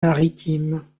maritime